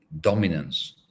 dominance